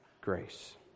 grace